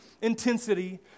intensity